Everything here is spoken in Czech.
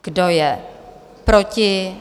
Kdo je proti?